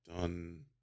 done